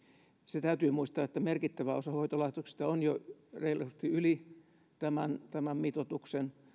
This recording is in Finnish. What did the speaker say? se täytyy muistaa että merkittävä osa hoitolaitoksista on jo reilusti yli tämän tämän mitoituksen